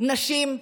נשים שוות,